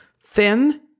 thin